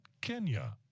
Kenya